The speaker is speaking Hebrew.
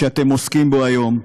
שאתם עוסקים בו היום,